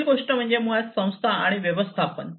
पुढील गोष्ट म्हणजे मुळात संस्था आणि व्यवस्थापन